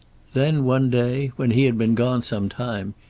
then, one day, when he had been gone some time,